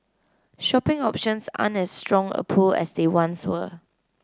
shopping options aren't as strong a pull as they once were